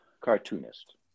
Cartoonist